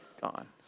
Gone